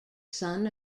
son